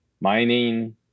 mining